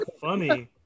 funny